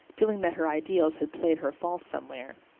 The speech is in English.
feeling that her ideals had played her false somewhere.